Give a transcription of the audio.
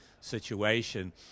situation